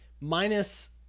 minus